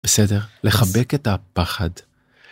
בסדר? לחבק את הפחד.